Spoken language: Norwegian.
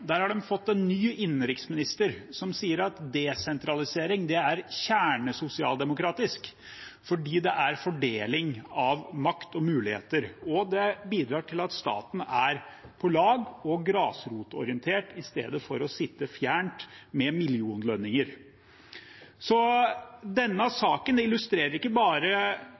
Der har de fått en ny innenriksminister, som sier at desentralisering er kjernesosialdemokratisk fordi det er fordeling av makt og muligheter. Det bidrar også til at staten er på lag og er grasrotorientert, i stedet for at man sitter fjernt unna med millionlønninger. Denne saken illustrerer ikke bare